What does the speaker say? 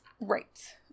Right